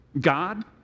God